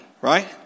right